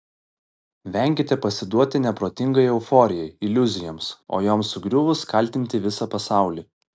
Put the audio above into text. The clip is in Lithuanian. venkite pasiduoti neprotingai euforijai iliuzijoms o joms sugriuvus kaltinti visą pasaulį